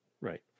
right